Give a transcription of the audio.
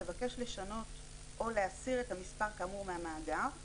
לבקש לשנות או להסיר את המספר כאמור מהמאגר;